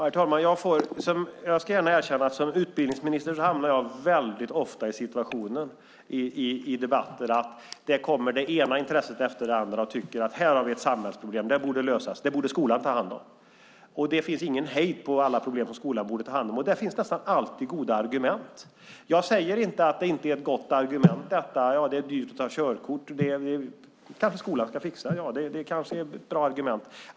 Herr talman! Jag ska gärna erkänna att som utbildningsminister hamnar jag väldigt ofta i situationer och debatter där det ena intresset efter det andra tycker att här finns det ett samhällsproblem, det borde lösas och det borde skolan ta hand om. Det finns ingen hejd på alla problem som skolan borde ta hand, och det finns nästan alltid goda argument. Jag säger inte att det inte är ett gott argument att det är dyrt att ta körkort och att skolan kanske ska fixa det. Det kanske är ett bra argument.